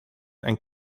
and